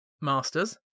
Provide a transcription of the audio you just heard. masters